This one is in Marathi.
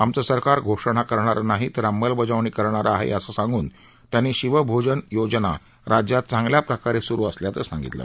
आमचं सरकार घोषणा करणारं नाही तर अंमलबजावणी करणारं आहे असं सांगून त्यांनी शिवभोजन योजना राज्यात चांगल्या प्रकारे सुरु असल्याचं सांगितलं